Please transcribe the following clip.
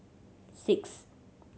six